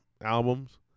albums